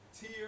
Tier